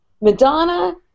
Madonna